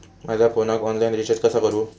माझ्या फोनाक online recharge कसा करू?